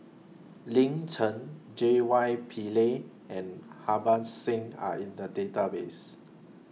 Lin Chen J Y Pillay and Harbans Singh Are in The Database